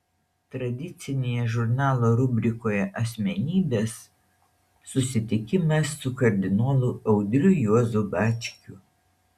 tradicinėje žurnalo rubrikoje asmenybės susitikimas su kardinolu audriu juozu bačkiu